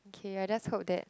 k I just hope that